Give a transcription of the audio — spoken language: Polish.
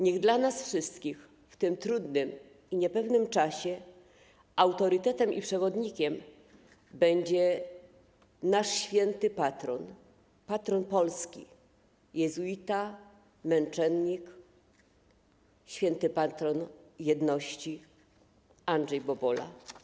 Niech dla nas wszystkich w tym trudnym i niepewnym czasie autorytetem i przewodnikiem będzie nasz święty patron, patron Polski, jezuita, męczennik, święty patron jedności Andrzej Bobola.